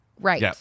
Right